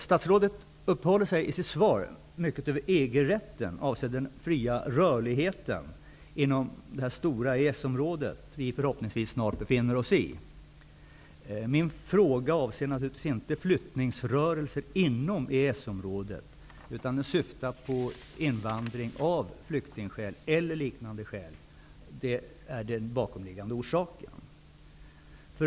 Statsrådet uppehåller sig i sitt svar mycket vid EG EES-område som vi förhoppningsvis snart befinner oss i. Min fråga avser naturligtvis inte flyttningsrörelser inom EES-området, utan den syftar på invandring av flyktingskäl eller av liknande skäl. Det är den bakomliggande orsaken.